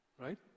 right